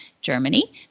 Germany